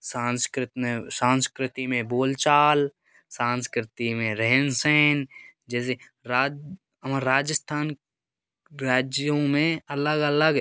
संस्कृत में संस्कृति में बोल चाल संस्कृति में रहन सहन जैसे राध वहाँ राजस्थान राज्यों में अलग अलग